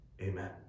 amen